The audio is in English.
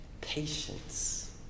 patience